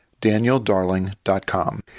danieldarling.com